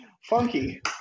funky